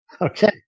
Okay